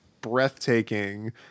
breathtaking –